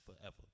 forever